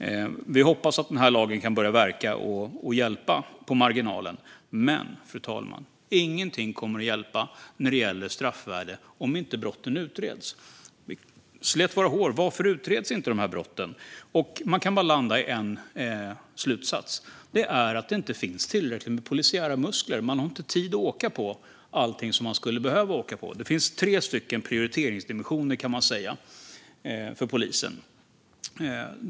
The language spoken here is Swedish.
Vi hoppas att den här lagen kan börja verka och hjälpa på marginalen. Men, fru talman, ingenting kommer att hjälpa när det gäller straffvärde om inte brotten utreds. Vi slet vårt hår och frågade oss: Varför utreds inte de här brotten? Man kan bara landa i en slutsats, och den är att det inte finns tillräckliga polisiära muskler. Man har inte tid att åka på allting som man skulle behöva åka på. Det finns tre prioriteringsdimensioner, kan man säga, för polisen.